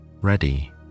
ready